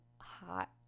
hot